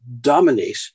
dominate